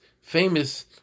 famous